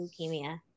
leukemia